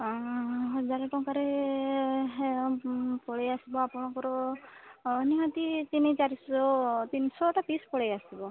ହଜାରେ ଟଙ୍କାରେ ହେ ପଳାଇ ଆସିବ ଆପଣଙ୍କର ନିହାତି ତିନି ଚାରିଶହ ତିନି ଶହଟା ପିସ୍ ପଳାଇ ଆସିବ